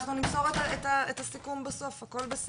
אנחנו נמסור את הסיכום בסוף, הכל בסדר.